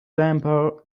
temper